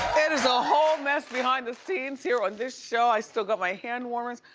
and is a whole mess behind the scenes here on this show. i still got my hand warmers,